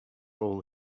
all